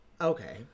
Okay